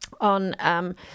on